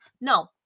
No